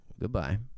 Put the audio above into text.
goodbye